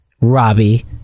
Robbie